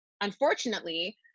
unfortunately